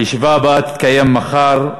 הישיבה הבאה תתקיים מחר,